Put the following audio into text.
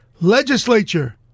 legislature